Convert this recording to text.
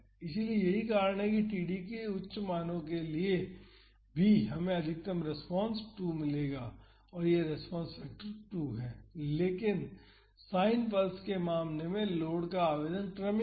इसलिए यही कारण है कि td के उच्च मानो के लिए भी हमें अधिकतम रेस्पॉन्स 2 मिलेगा यह रेस्पॉन्स फैक्टर 2 है लेकिन साइन पल्स के मामले में लोड का आवेदन क्रमिक है